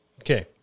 Okay